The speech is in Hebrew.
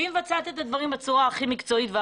שמבצעת את הדברים בצורה הטובה